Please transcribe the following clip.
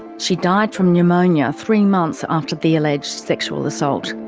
she died from pneumonia three months after the alleged sexual assault.